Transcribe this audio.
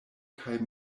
kaj